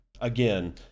again